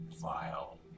vile